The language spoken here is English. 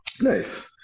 Nice